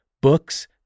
Books